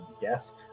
desk